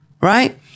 Right